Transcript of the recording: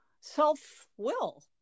self-will